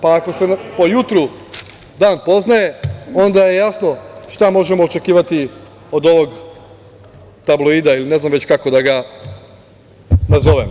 Pa, ako se po jutru dan poznaje, onda je jasno šta možemo očekivati od ovog tabloida, ili ne znam već, kako da ga nazovem.